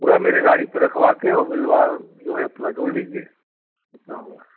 पूरा मेरे गाड़ी पर रखवा के और बिलवा जो है अपना जोड़ लीजिए कितना हुआ